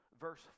verse